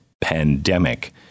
pandemic